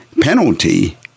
penalty